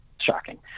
shocking